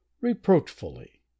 reproachfully